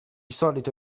solito